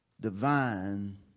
divine